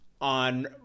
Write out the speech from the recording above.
on